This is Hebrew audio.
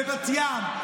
בבת ים,